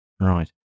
Right